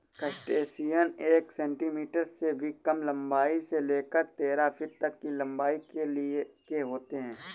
crustacean एक centimetre से भी कम लंबाई से लेकर तेरह फीट तक की लंबाई के होते हैं